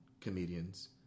comedians